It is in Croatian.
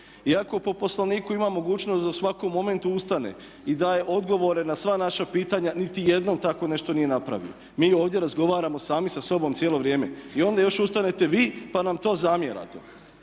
iako po Poslovniku ima mogućnost da u svakom momentu ustane i daje odgovore na sva naša pitanja, niti jednom tako nešto nije napravio. Mi ovdje razgovaramo sami sa sobom cijelo vrijeme. I onda još ustanete vi pa nam to zamjerate.